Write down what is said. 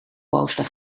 poster